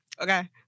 Okay